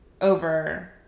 over